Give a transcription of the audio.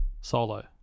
Solo